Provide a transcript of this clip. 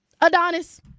Adonis